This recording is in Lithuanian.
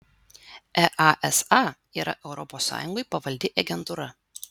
easa yra europos sąjungai pavaldi agentūra